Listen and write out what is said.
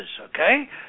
okay